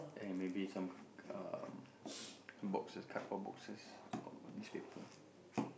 and maybe some um boxes cardboard boxes or newspaper